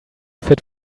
fit